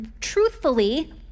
truthfully